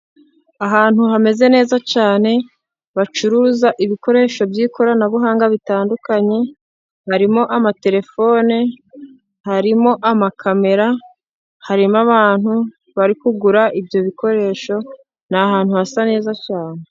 Ahantu hameze neza cyane bacuruza ibikoresho by' ikoranabuhanga bitandukanye harimo amatelefone, harimo amakamera, harimo abantu bari kugura ibyo bikoresho; ni ahantu hasa neza cyane.